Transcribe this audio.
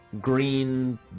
green